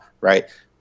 right